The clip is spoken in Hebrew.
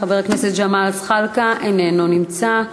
חבר הכנסת ג'מאל זחאלקה, איננו נמצא.